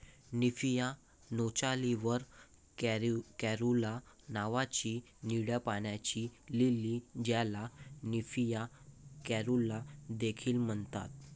Nymphaea nouchali वर caerulea नावाची निळ्या पाण्याची लिली, ज्याला निम्फिया कॅरुला देखील म्हणतात